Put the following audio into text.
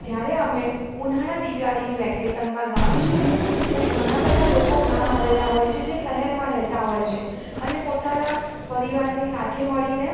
જ્યારે અમે ઉનાળા દિવાળીની વેકેશનમાં ગામ જઈએ ત્યારે ઘણાં બધા લોકો ગામ આવેલા હોય છે જે શહેરમાં રહેતાં હોય છે અને પોતાના પરિવારની સાથે મળીને